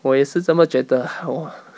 我也是这么觉得啊 !wah!